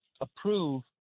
approve